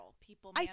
people